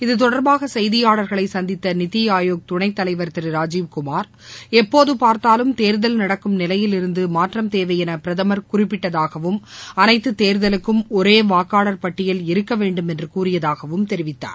இது தொடர்பாக செய்தியாளர்களை சந்தித்த நித்தி ஆயோக் துணைத் தலைவர் திரு ராஜீவ்குமார் எப்போது பார்த்தாலும் தேர்தல் நடக்கும் நிலையில் இருந்து மாற்றம் தேவையென பிரதமர் குறிப்பிட்டதாகவும் அனைத்து தேர்தலுக்கும் ஒரே வாக்காளர் பட்டியல் இருக்க வேண்டும் என்று கூறியதாகவும் தெரிவித்தார்